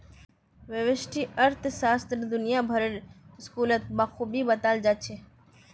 व्यष्टि अर्थशास्त्र दुनिया भरेर स्कूलत बखूबी बताल जा छह